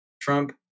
Trump